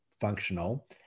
functional